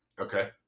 Okay